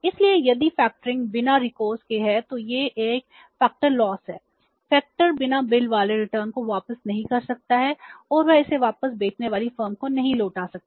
इसलिए यदि फैक्टरिंग बिना रीकोर्स बिना बिल वाले रिटर्न को वापस नहीं कर सकता है और वे इसे वापस बेचने वाली फर्म को नहीं लौटा सकते